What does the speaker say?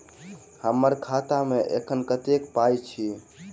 हम्मर खाता मे एखन कतेक पाई अछि?